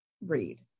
Read